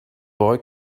boy